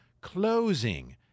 Closing